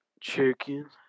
chicken